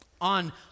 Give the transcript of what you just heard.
on